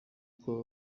kawa